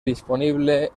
disponible